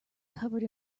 covered